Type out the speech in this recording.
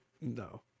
No